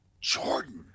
Jordan